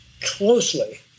closely